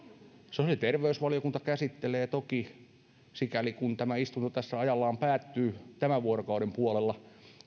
sosiaali ja terveysvaliokunta käsittelee toki sikäli kun tämä istunto tässä ajallaan päättyy tämän vuorokauden puolella